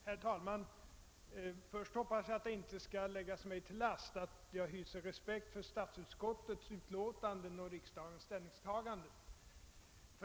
Herr talman! Först hoppas jag att det inte skall läggas mig till last att jag hyser respekt för statsutskottets utlåtanden och riksdagens ställningstaganden.